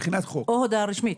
מבחינת חוק --- או הודעה רשמית?